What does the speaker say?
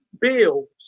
Bills